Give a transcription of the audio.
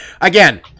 Again